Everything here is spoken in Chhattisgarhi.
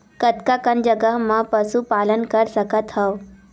कतका कन जगह म पशु पालन कर सकत हव?